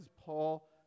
Paul